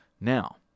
Now